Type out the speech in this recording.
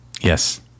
Yes